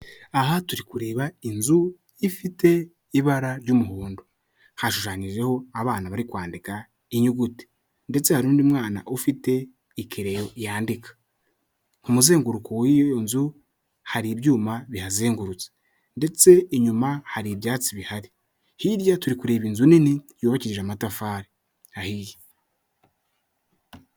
Aha turi kureba inzu ifite ibara ry'umuhondo. Hashushanyijeho abana bari kwandika inyuguti. Ndetse hari undi mwana ufite ikereyo yandika. Ku muzenguruko w'iyo nzu hari ibyuma bihazengurutse. Ndetse inyuma hari ibyatsi bihari. Hirya turi kureba inzu nini yubakishije amatafari ahiye.